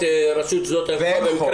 בהצהרת הבריאות הוא יאמר שהוא סובל מחום כרוני.